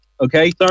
Okay